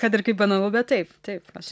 kad ir kaip banalu bet taip taip aš